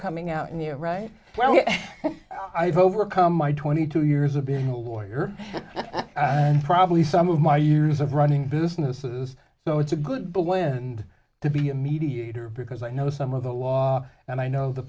coming out and you write well i've overcome my twenty two years of being a lawyer and probably some of my years of running businesses so it's a good blend to be a mediator because i know some of the law and i know the